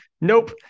Nope